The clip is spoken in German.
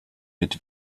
mit